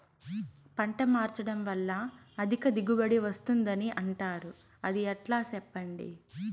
పంట మార్చడం వల్ల అధిక దిగుబడి వస్తుందని అంటారు అది ఎట్లా సెప్పండి